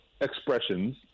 expressions